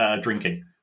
drinking